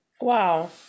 wow